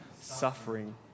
suffering